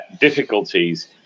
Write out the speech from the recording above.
difficulties